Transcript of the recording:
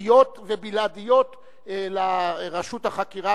ייחודיות ובלעדיות לרשות החקירה,